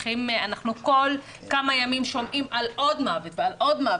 אנחנו כל כמה ימים שומעים על עוד מוות ועל עוד מוות.